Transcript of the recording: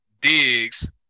digs